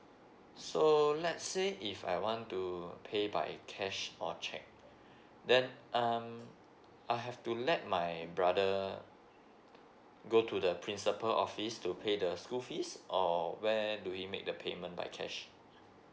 so let's say if I want to pay by cash or cheque then um I have to let my brother go to the principal office to pay the school fees or where do we make the payment by cash